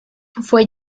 fue